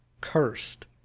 Cursed